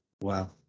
Wow